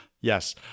Yes